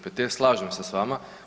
Petir, slažem se s vama.